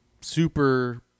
super